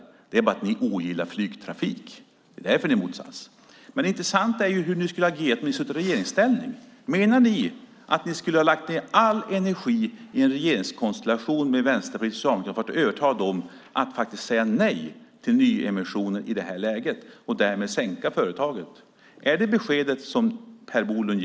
Det handlar om att ni ogillar flygtrafik. Det är därför ni är mot detta. Det intressanta vore att veta hur ni hade agerat om ni varit i regeringsställning. Menar ni att ni skulle ha lagt ned all energi i en regeringskonstellation med Vänsterpartiet och Socialdemokraterna för att övertala dem att säga nej till nyemissioner i detta läge och därmed sänka företaget? Är det beskedet från Per Bolund?